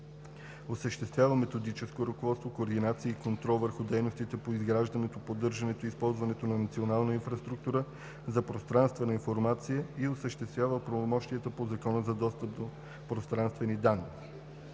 осъществява методическо ръководство, координация и контрол върху дейностите по изграждането, поддържането и използването на национална инфраструктура за пространствена информация и осъществява правомощията по Закона за достъп до пространствени данни;